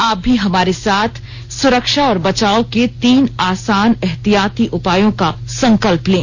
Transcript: आप भी हमारे साथ सुरक्षा और बचाव के तीन आसान एहतियाती उपायों का संकल्प लें